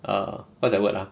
err what's that word lah